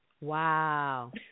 Wow